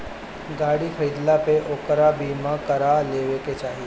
गाड़ी खरीदला पे ओकर बीमा करा लेवे के चाही